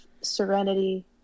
serenity